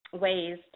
ways